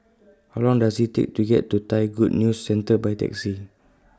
How Long Does IT Take to get to Thai Good News Centre By Taxi